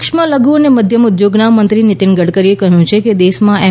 સૂક્ષ્મ લધ્ અને મધ્યમ ઉદ્યોગોના મંત્રી નીતિન ગડકરીએ કહ્યું છે કે દેશમાં એમ